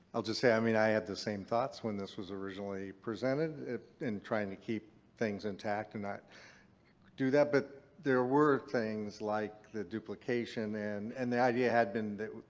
i'll just say, i mean i had the same thoughts when this was originally presented in trying to keep things intact and do that, but there were things like the duplication and and the idea had been that.